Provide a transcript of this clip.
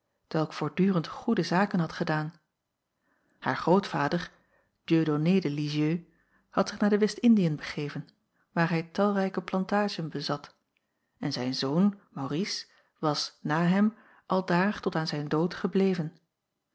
welk voortdurend goede zaken had gedaan haar grootvader dieudonné de lizieux had zich naar de west-indiën begeven waar hij talrijke plantaadjen bezat en zijn zoon maurice was na hem aldaar tot aan zijn dood gebleven